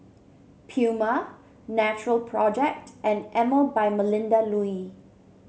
Puma Natural Project and Emel by Melinda Looi